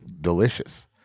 Delicious